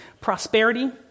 prosperity